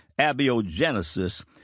abiogenesis